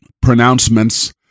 pronouncements